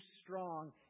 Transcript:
strong